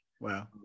Wow